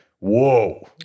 whoa